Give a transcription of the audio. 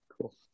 Cool